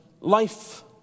life